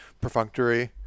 perfunctory